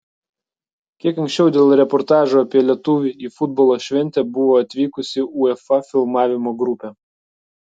kiek anksčiau dėl reportažo apie lietuvį į futbolo šventę buvo atvykusi uefa filmavimo grupė